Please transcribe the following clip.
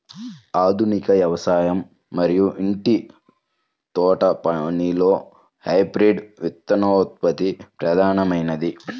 ఆధునిక వ్యవసాయం మరియు ఇంటి తోటపనిలో హైబ్రిడ్ విత్తనోత్పత్తి ప్రధానమైనది